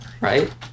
right